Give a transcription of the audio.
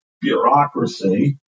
bureaucracy